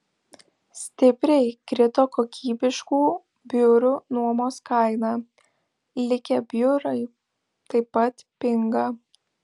stipriai krito kokybiškų biurų nuomos kaina likę biurai taip pat pinga